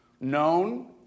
known